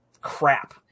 crap